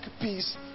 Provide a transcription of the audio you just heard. peace